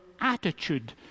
attitude